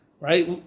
right